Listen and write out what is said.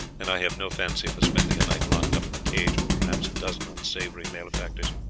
and i have no fancy for spending a night locked up in the cage with perhaps a dozen unsavoury malefactors.